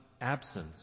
absence